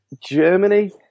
germany